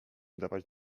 dawać